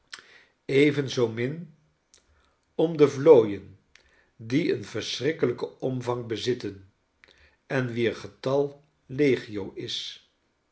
even zoo min om de vlooien die een verschrikkelijken omvang bezitten en wier getal legio is